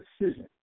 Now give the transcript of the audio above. decision